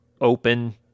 open